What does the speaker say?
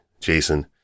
Jason